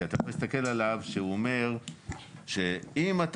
כי אתה יכול להסתכל עליו שהוא אומר שאם אתה